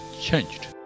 changed